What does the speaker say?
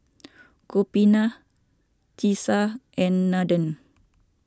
Gopinath Teesta and Nandan